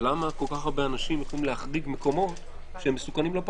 למה כל כך הרבה אנשים יכולים להחריג מקומות שהם מסוכנים לא פחות?